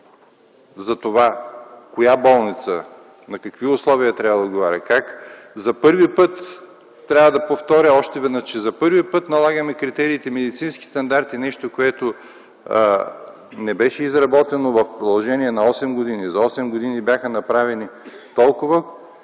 – коя болница на какви условия трябва да отговаря... Трябва да повторя още веднъж, че за първи път налагаме критериите „медицински стандарти” – нещо, което не беше изработено в продължение на осем години. За осем години беше направено толкова,